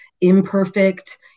imperfect